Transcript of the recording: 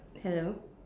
hello